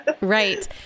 Right